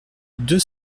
deux